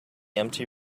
empty